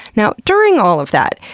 now during all of that,